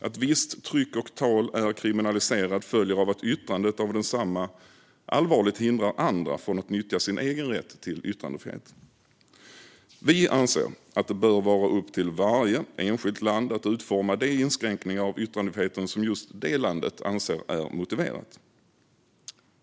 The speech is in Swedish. Att visst tryck och tal är kriminaliserat följer av att yttrandet av detsamma allvarligt hindrar andra från att nyttja sin egen rätt till yttrandefrihet. Vi anser att det bör vara upp till varje enskilt land att utforma de inskränkningar av yttrandefriheten som just det landet anser är motiverade.